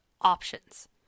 options